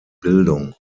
bildung